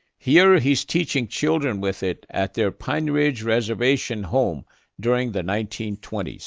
here he's teaching children with it at their pine ridge reservation home during the nineteen twenty so